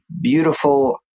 beautiful